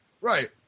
Right